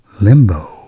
limbo